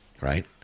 Right